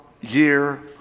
year